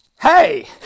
hey